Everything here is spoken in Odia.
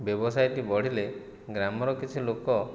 ବ୍ୟବସାୟଟି ବଢ଼ିଲେ ଗ୍ରାମର କିଛି ଲୋକ